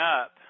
up